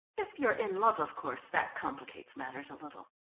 if you're in love, of course, that complicates matters a little.